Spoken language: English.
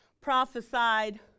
prophesied